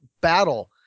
battle